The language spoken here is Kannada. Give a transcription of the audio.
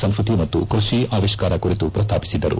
ಸಂಸ್ಕೃತಿ ಮತ್ತು ಕೃಷಿ ಅವಿಷ್ಕಾರ ಕುರಿತು ಪ್ರಸ್ತಾಪಿಸಿದ್ದರು